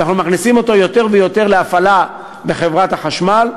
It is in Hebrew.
ואנחנו מכניסים אותו יותר ויותר להפעלה בחברת החשמל,